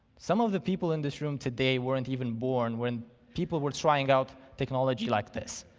some of the people in this room today weren't even born when people were trying out technology like this.